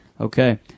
Okay